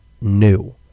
new